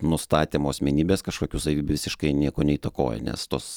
nustatymo asmenybės kažkokių savybių visiškai nieko neįtakoja nes tos